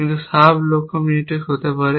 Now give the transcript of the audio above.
কিছু সাব লক্ষ্য মিউটেক্স হতে পারে